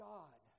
God